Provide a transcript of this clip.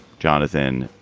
jonathan,